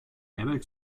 airbags